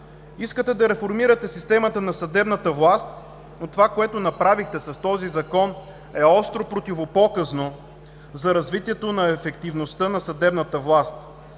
Искате да реформирате системата на съдебната власт, но това, което направихте с този Закон, е остро противопоказно за развитието на ефективността на съдебната власт,